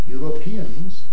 Europeans